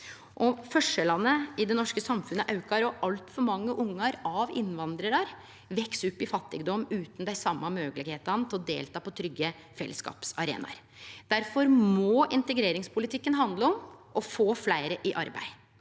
Forskjellane i det norske samfunnet aukar, og altfor mange ungar av innvandrarar veks opp i fattigdom utan dei same moglegheitene til å delta på trygge fellesskapsarenaer. Difor må integreringspolitikken handle om å få fleire i arbeid